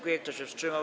Kto się wstrzymał?